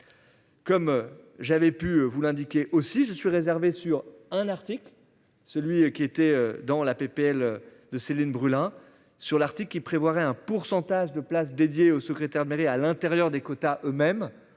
Comme j'avais pu vous l'indiquez, aussi je suis réservé sur un article celui qui était dans la PPL de Céline Brulin sur l'Arctique qui prévoirait un pourcentage de places dédiées au secrétaire mêlé à l'intérieur des quotas eux-mêmes